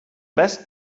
best